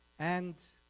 and